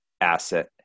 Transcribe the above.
asset